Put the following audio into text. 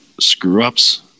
screw-ups